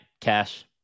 cash